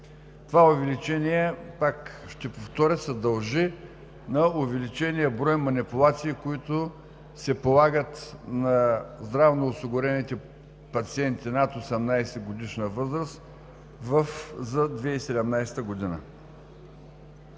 Това увеличение, пак ще повторя, се дължи на увеличения брой манипулации, които се полагат на здравноосигурените пациенти над 18-годишна възраст за 2017 г.